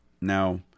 now